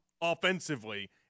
offensively